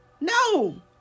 No